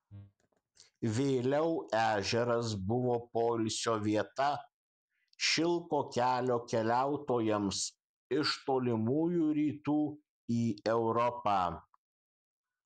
vėliau ežeras buvo poilsio vieta šilko kelio keliautojams iš tolimųjų rytų į europą